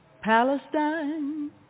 Palestine